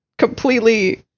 completely